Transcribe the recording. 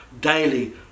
daily